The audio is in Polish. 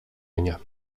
mnie